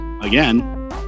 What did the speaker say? again